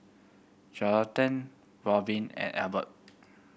Jonathan Robin and Elbert